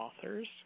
authors